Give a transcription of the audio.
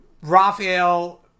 Raphael